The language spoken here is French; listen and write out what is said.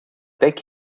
bec